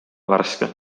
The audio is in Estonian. värske